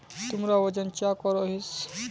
तुमरा वजन चाँ करोहिस?